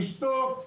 נשתוק,